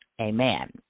Amen